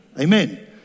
Amen